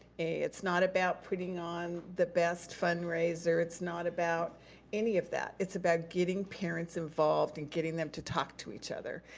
it's not about putting on the best fundraiser, it's not about any of that. it's about getting parents involved and getting them to talk to each other.